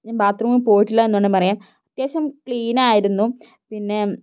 ഞാൻ ബാത്റൂമിൽ പോയിട്ടില്ല എന്ന് വേണം പറയാൻ അത്യാവശ്യം ക്ലീൻ ആയിരുന്നു പിന്നെ